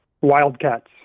Wildcats